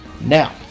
Now